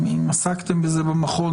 אם עסקתם בזה במכון,